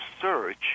search